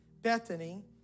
Bethany